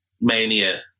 Mania